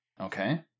Okay